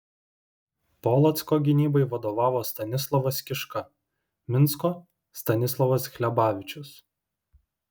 polocko gynybai vadovavo stanislovas kiška minsko stanislovas hlebavičius